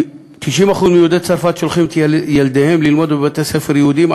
90% מיהודי צרפת שולחים את ילדיהם ללמוד בבתי-ספר יהודיים,